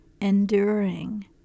enduring